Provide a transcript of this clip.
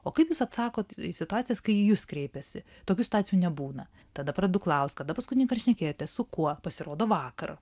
o kaip jūs atsakot į situacijas kai į jus kreipiasi tokių stacijų nebūna tada pradedu klaust kada paskutinįkart šnekėjote su kuo pasirodo vakaro